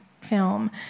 film